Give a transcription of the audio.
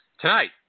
Tonight